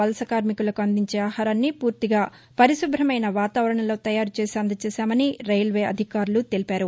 వలస కార్మికులకు అందించే ఆహారాన్ని పూర్తిగా పరిశుభ్రమైన వాతావరణంలో తయారుచేసి అందజేశామని రైల్వే అధికారులు తెలిపారు